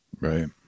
right